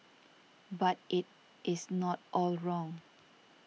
but it is not all wrong